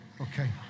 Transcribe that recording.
Okay